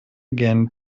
again